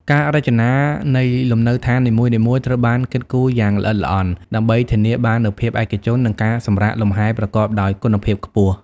ការរចនានៃលំនៅដ្ឋាននីមួយៗ ត្រូវបានគិតគូរយ៉ាងល្អិតល្អន់ ដើម្បីធានាបាននូវភាពឯកជន និងការសម្រាកលំហែប្រកបដោយគុណភាពខ្ពស់។